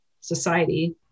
society